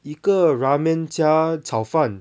一个 ramen 加炒饭